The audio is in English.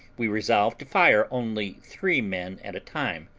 we resolved to fire only three men at a time,